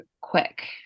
quick